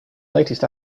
latest